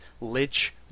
Lich